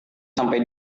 sampai